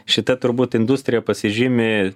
šita turbūt industrija pasižymi